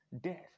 Death